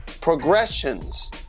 progressions